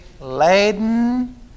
laden